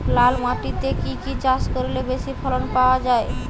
লাল মাটিতে কি কি চাষ করলে বেশি ফলন পাওয়া যায়?